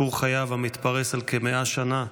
סיפור חייו, המתפרס על כ-100 שנה,